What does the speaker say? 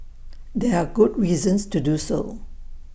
there are good reasons to do so